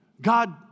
God